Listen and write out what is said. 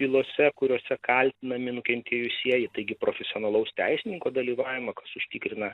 bylose kuriose kaltinami nukentėjusieji taigi profesionalaus teisininko dalyvavimą kas užtikrina